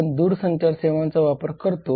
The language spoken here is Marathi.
आपण दूरसंचार सेवांचा वापर करतोत